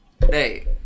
Hey